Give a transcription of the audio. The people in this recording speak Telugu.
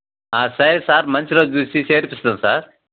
సరే సార్ మంచి రోజు చూసి చేర్పిస్తాను సార్